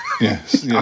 Yes